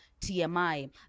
TMI